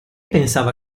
pensava